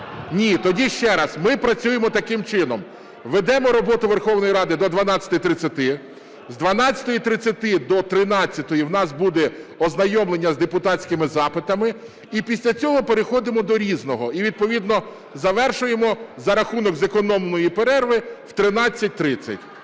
Ні. Тоді ще раз, ми працюємо таким чином: ведемо роботу Верховної Ради до 12:30, з 12:30 до 13-ї у нас буде ознайомлення з депутатськими запитами, і після цього переходимо до "Різного". І відповідно завершуємо за рахунок зекономленої перерви в 13:30.